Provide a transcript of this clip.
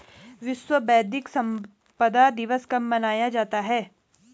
विश्व बौद्धिक संपदा दिवस कब मनाया जाता है?